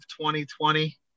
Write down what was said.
2020